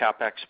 CapEx